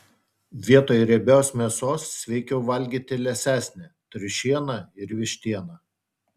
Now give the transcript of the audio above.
vietoj riebios mėsos sveikiau valgyti liesesnę triušieną ir vištieną